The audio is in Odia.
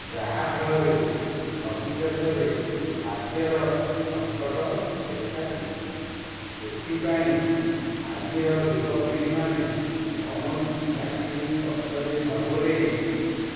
ଯାହାଫଳରେ ଭବିଷ୍ୟତରେ ଖାଦ୍ୟର ସଙ୍କଟ ଦେଖାଯିବ ସେଥିପାଇଁ ଆଜିର ଯୁବ ପିଢ଼ୀମାନେ କୌଣସି ଚାକିରି ପଛରେ ନ ଗୋଡ଼ାଇ